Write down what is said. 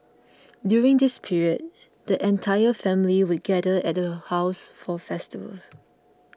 during this period the entire family would gather at her house for festivals